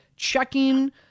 checking